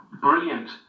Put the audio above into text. brilliant